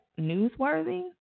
newsworthy